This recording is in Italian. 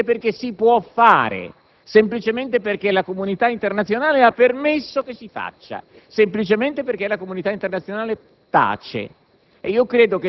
semplicemente perché si può fare, semplicemente perché la comunità internazionale ha permesso che si faccia, semplicemente perché la comunità internazionale tace.